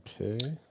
okay